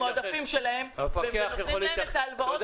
הם באים ללקוחות המועדפים שלהם ונותנים להם את ההלוואות